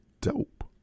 dope